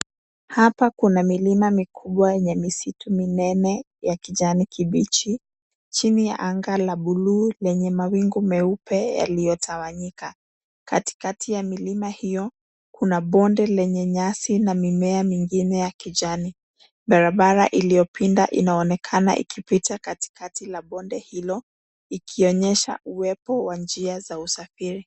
Hapa kuna milima mikubwa yenye misitu minene ya kijani kibichi. Chini ya anga la bluu lenye mawingu meupe yaliyotawanyika. Katikati ya milima hiyo, kuna bonde lenye nyasi na mimea mingine ya kijani. Barabara iliyopinda inaonekana ikipita katikati la bonde hilo ikionyesha uwepo wa njia za usafiri.